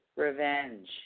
Revenge